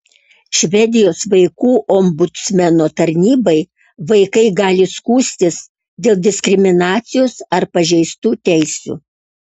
švedijos vaikų ombudsmeno tarnybai vaikai gali skųstis dėl diskriminacijos ar pažeistų teisių